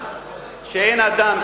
אין אדם,